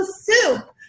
soup